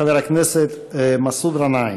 חבר הכנסת מסעוד גנאים.